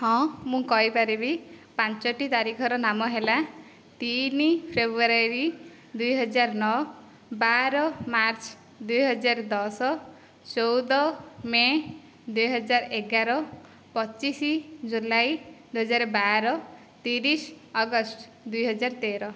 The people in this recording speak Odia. ହଁ ମୁଁ କହିପାରିବି ପାଞ୍ଚୋଟି ତାରିଖର ନାମ ହେଲା ତିନି ଫ୍ରେବ୍ରୁରାରୀ ଦୁଇ ହଜାର ନଅ ବାର ମାର୍ଚ୍ଚ ଦୁଇ ହଜାର ଦଶ ଚଉଦ ମେ' ଦୁଇ ହଜାର ଏଗାର ପଚିଶ ଜୁଲାଇ ଦୁଇ ହଜାର ବାର ତିରିଶ ଅଗଷ୍ଟ ଦୁଇ ହଜାର ତେର